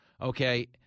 okay